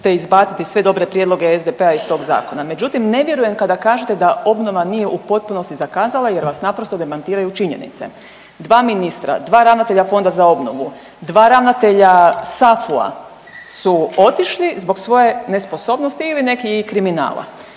izbaciti sve dobre prijedloge SDP-a iz tog zakona, međutim ne vjerujem kada kažete da obnova nije u potpunosti zakazala jer vas naprosto demantiraju činjenice, dva ministra, dva ravnatelja Fonda za obnovu, dva ravnatelja SAFU-a su otišli zbog svoje nesposobnosti ili neki i kriminala.